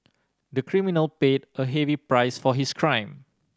the criminal paid a heavy price for his crime